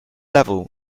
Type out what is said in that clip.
level